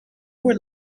were